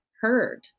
heard